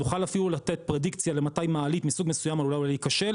נוכל אפילו לתת פרדיקציה מתי מעלית מסוג מסוים עלולה אולי להיכשל,